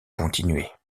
continuait